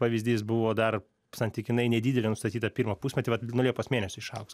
pavyzdys buvo dar santykinai nedidelė nustatyta pirmą pusmetį vat nuo liepos mėnesio išaugs